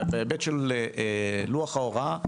בהיבט של לוח ההוראה,